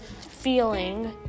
feeling